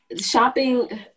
Shopping